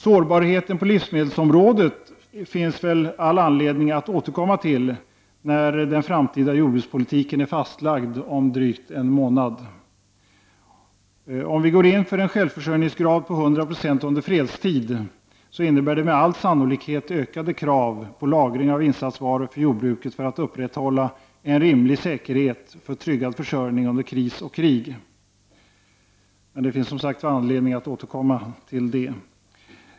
Sårbarheten på livsmedelsområdet finns det väl all anledning att återkomma till när den framtida jordbrukspolitiken är fastlagd om drygt en månad. Om vi går in för en självförsörjningsgrad på 100 26 under fredstid, innebär det med all sannolikhet ökade krav på lagring av insatsvaror för jordbruket för att upprätthålla en rimlig säkerhet för tryggad försörjning under kris och krig. Det finns dock, som sagt, anledning att återkomma till det.